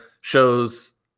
shows